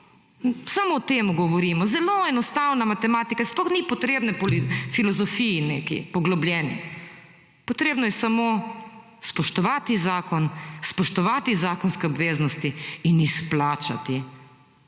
Samo o temu govorimo. Zelo enostavna matematika, sploh ni potrebne po neki filozofiji, poglobljeni. Potrebno je samo spoštovati zakon, spoštovati zakonske obveznosti in izplačati.